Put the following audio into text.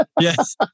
Yes